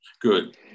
Good